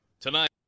Tonight